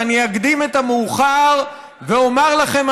ואני אקדים את המאוחר ואומר לכם,